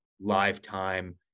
lifetime